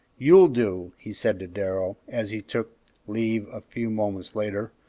you'll do, he said to darrell, as he took leave a few moments later,